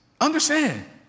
understand